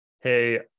hey